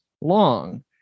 long